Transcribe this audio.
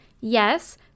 yes